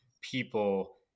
people